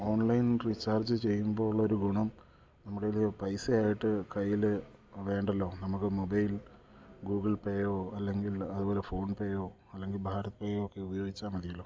online recharge ചെയ്യുമ്പോൾ ഉള്ളൊരു ഗുണം നമ്മുടെ കയ്യിൽ പൈസയായിട്ട് കയ്യിൽ വേണ്ടല്ലോ നമുക്ക് മൊബൈൽ ഗൂഗിൾ പേയോ അല്ലെങ്കിൽ അതുപോലെ ഫോൺപേയോ അല്ലെങ്കിൽ ഭാരത്പേയോ ഒക്കെ ഉപയോഗിച്ചാൽ മതിയല്ലോ